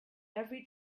every